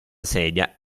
sedia